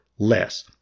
less